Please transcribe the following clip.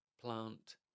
plant